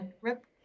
Rip